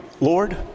Lord